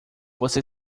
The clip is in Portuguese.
você